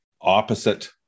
opposite